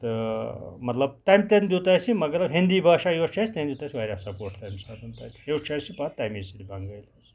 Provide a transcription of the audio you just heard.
تہٕ مطلب تَتین دیُت اَسہِ مَگر ہِندۍ باشا یۄس چھےٚ اَسہِ تٔمۍ دیُت اَسہِ واریاہ سپوٹ تمہِ ساتہٕ تتہِ ہیٚوچھ اسہِ یہِ پَتہٕ اَسہِ تَمے سۭتۍ بَنگٲلۍ